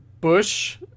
Bush